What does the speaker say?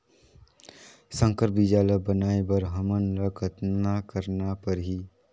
संकर बीजा ल बनाय बर हमन ल कतना करना परही?